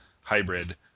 Hybrid